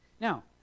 now